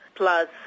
plus